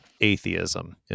atheism